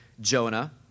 Jonah